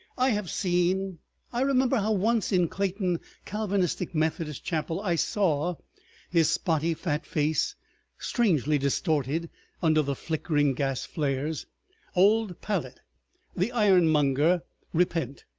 i have seen i remember how once in clayton calvinistic methodist chapel i saw his spotty fat face strangely distorted under the flickering gas-flares old pallet the ironmonger repent.